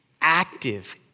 active